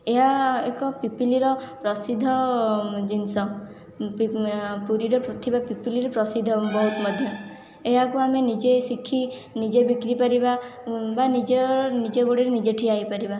ଏହା ଏକ ପିପିଲିର ପ୍ରସିଦ୍ଧ ଜିନିଷ ପୁରୀର ଥିବା ପିପିଲିର ପ୍ରସିଦ୍ଧ ବହୁତ ମଧ୍ୟ ଏହାକୁ ଆମେ ନିଜେ ଶିଖି ନିଜେ ବିକ୍ରି କରିବା ବା ନିଜ ନିଜ ଗୋଡ଼ରେ ନିଜେ ଠିଆ ହୋଇପାରିବା